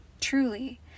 truly